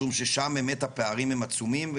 משום ששם באמת הפערים הם עצומים.